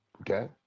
Okay